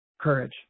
Courage